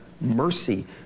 mercy